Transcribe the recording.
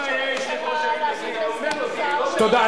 אם היה יושב-ראש הכנסת, היה אומר לו, תודה.